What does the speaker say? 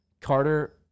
Carter